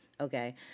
Okay